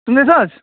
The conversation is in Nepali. सुन्दैछस्